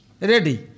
ready